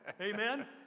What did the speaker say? Amen